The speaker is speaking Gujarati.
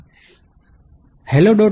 તેથી hello